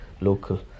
local